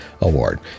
Award